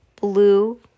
blue